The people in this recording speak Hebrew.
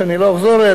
שאני לא אחזור עליה,